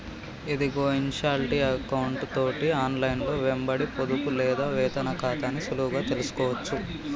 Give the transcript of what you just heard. ఇదిగో ఇన్షాల్టీ ఎకౌంటు తోటి ఆన్లైన్లో వెంబడి పొదుపు లేదా వేతన ఖాతాని సులువుగా తెలుసుకోవచ్చు